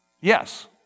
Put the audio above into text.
yes